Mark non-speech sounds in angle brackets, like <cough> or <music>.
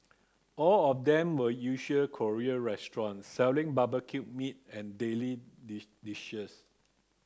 all of them were usual Korean restaurants selling barbecued meat and daily <unintelligible> dishes